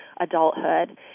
adulthood